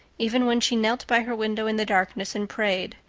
even when she knelt by her window in the darkness and prayed,